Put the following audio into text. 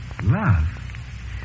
love